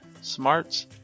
smarts